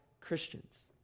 Christians